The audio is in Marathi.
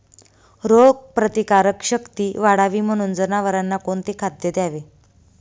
रोगप्रतिकारक शक्ती वाढावी म्हणून जनावरांना कोणते खाद्य द्यावे?